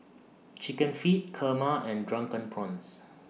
Chicken Feet Kurma and Drunken Prawns